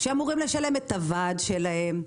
שאמורים לשלם את דמי הוועד שלהם,